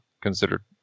considered